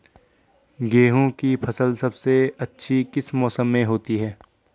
गेंहू की फसल सबसे अच्छी किस मौसम में होती है?